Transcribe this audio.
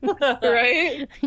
Right